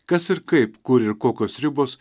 kas ir kaip kur ir kokios ribos